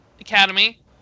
Academy